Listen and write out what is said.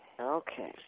Okay